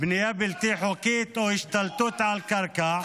"בנייה בלתי חוקית" או "השתלטות על קרקע".